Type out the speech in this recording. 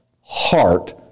Heart